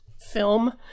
film